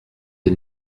des